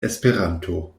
esperanto